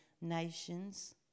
nations